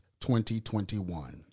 2021